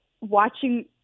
watching